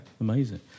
amazing